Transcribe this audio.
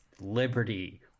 Liberty